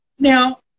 Now